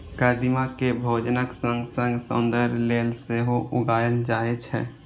कदीमा कें भोजनक संग संग सौंदर्य लेल सेहो उगायल जाए छै